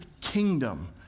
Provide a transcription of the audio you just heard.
kingdom